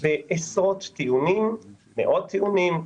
בעשרות ומאות טיעונים,